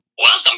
Welcome